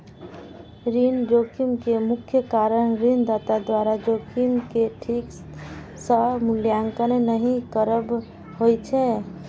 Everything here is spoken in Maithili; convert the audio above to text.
ऋण जोखिम के मुख्य कारण ऋणदाता द्वारा जोखिम के ठीक सं मूल्यांकन नहि करब होइ छै